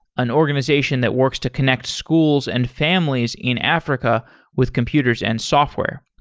an organization that works to connect schools and families in africa with computers and software.